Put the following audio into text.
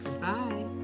Bye